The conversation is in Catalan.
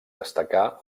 destacar